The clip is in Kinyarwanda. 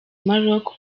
maroc